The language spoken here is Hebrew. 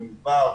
נווה מדבר,